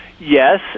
Yes